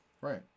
Right